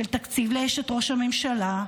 תקציב לאשת ראש הממשלה,